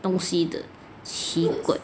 东西的奇怪